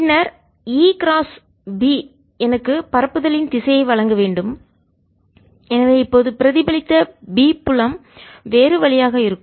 பின்னர் E cross குறுக்கு B எனக்கு பரப்புதலின் திசையை வழங்க வேண்டும் எனவே இப்போது பிரதிபலித்த B புலம் வேறு வழியாக இருக்கும்